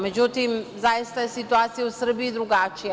Međutim, zaista je situacija u Srbiji drugačija.